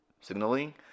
signaling